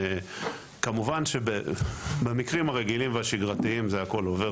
כמובן שבמקרים הרגילים והשגרתיים הכול עובר